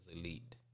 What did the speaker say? elite